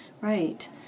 right